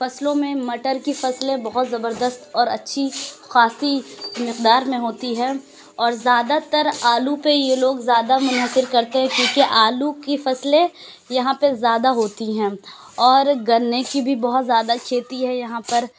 فصلوں میں مٹر کی فصلیں بہت زبردست اور اچھی خاصی مقدار میں ہوتی ہیں اور زیادہ تر آلو پہ یہ لوگ زیادہ منحصر کرتے ہیں کیونکہ آلو کی فصلیں یہاں پہ زیادہ ہوتی ہیں اور گنے کی بھی بہت زیادہ کھیتی ہے یہاں پر